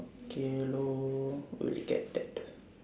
okay lor we'll get that